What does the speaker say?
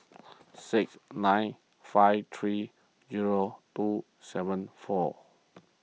six nine five three zero two seven four